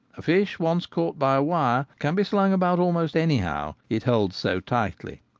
a fish once caught by a wire can be slung about almost anyhow, it holds so tightly.